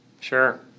sure